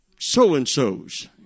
so-and-sos